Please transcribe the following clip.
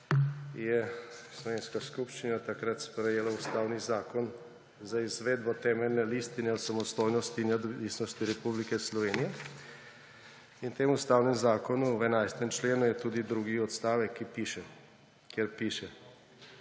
je slovenska skupščina takrat sprejela Ustavni zakon za izvedbo temeljene listine o samostojnosti in neodvisnosti Republike Slovenije. In v tem ustavnem zakonu v 11. členu je tudi drugi odstavek, kjer piše,